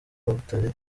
butare